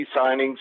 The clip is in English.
signings